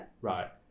right